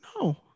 no